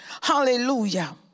hallelujah